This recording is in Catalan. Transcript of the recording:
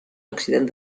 accident